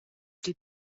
dil